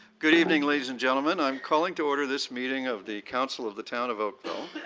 good evening. ladies and gentlemen. i'm calling to order this meeting of the council of the town of oakville.